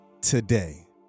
today